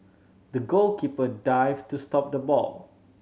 the goalkeeper dived to stop the ball